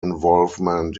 involvement